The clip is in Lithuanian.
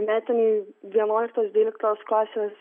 metiniai vienuoliktos dvyliktos klasės